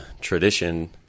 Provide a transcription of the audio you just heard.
tradition